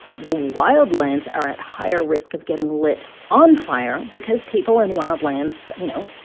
the wildlands are at higher risk of getting lit on fire because people in wildlands, you know,